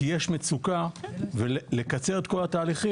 כי יש לנו מצוקה ולקצר את כל התהליכים,